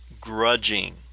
grudging